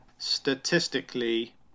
statistically